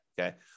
Okay